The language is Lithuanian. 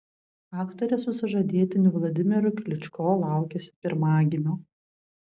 aktorė su sužadėtiniu vladimiru kličko laukiasi pirmagimio